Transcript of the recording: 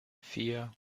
vier